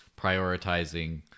prioritizing